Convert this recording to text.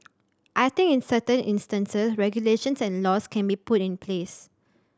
I think in certain instances regulations and laws can be put in place